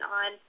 on